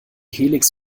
helix